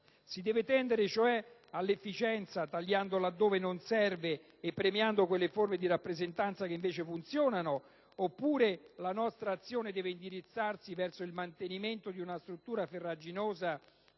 Si deve tendere, cioè, all'efficienza, tagliando laddove non serve e premiando quelle forme di rappresentanza che invece funzionano oppure la nostra azione deve indirizzarsi verso il mantenimento di una struttura farraginosa